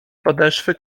podeszwy